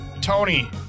Tony